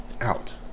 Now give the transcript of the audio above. out